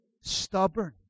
stubborn